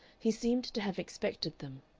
he seemed to have expected them.